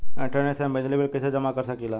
Internet से हम बिजली बिल कइसे जमा कर सकी ला?